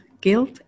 guilt